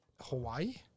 Hawaii